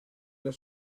alla